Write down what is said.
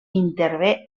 intervé